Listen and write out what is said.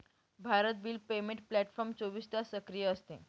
Bharat bill payment platform चोवीस तास सक्रिय असते